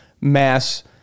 mass